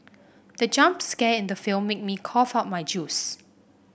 the jump scare in the film made me cough out my juice